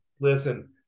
Listen